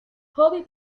hobby